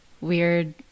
weird